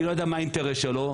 אני לא יודע מה האינטרס שלו,